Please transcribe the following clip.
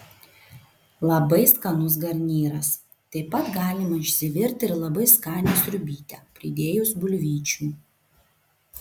labai skanus garnyras taip pat galima išsivirti ir labai skanią sriubytę pridėjus bulvyčių